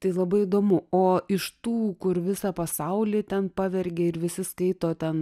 tai labai įdomu o iš tų kur visą pasaulį ten pavergė ir visi skaito ten